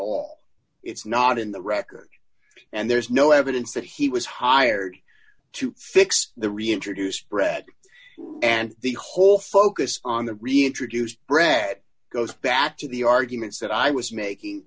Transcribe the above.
all it's not in the record and there's no evidence that he was hired to fix the reintroduced threat and the whole focus on the reintroduced brad goes back to the arguments that i was making